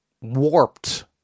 warped